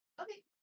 Okay